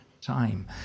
time